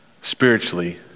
spiritually